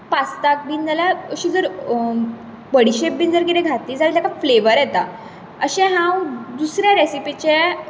पास्ताक बिन जाल्यार अशी जर बडिशेप बिन जर कितें घातली जाल्यार तेका फ्लेवर येता अशें हांव दुसऱ्या रेसिपीचे